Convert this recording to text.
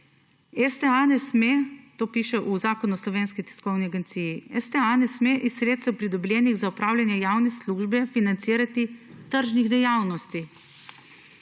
ponovila, kaj piše v Zakonu o Slovenski tiskovni agenciji: »STA ne sme iz sredstev, pridobljenih za opravljanje javne službe, financirati tržnih dejavnosti.«